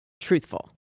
truthful